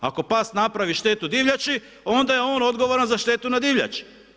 Ako pas napravi štetu divljači, onda je on odgovoran za štetu na divljači.